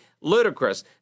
ludicrous